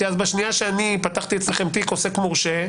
כי אז בשנייה שאני פתחתי אצלכם תיק עוסק מורשה,